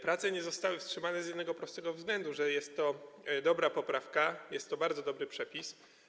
Prace nie zostały wstrzymane z jednego prostego względu: jest to dobra poprawka, jest to bardzo dobry przepis.